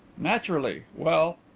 naturally. well,